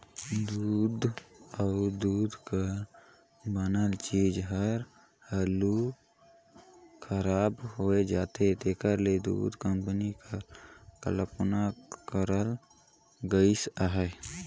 दूद अउ दूद कर बनल चीज हर हालु खराब होए जाथे तेकर ले दूध कंपनी कर कल्पना करल गइस अहे